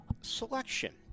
selection